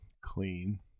clean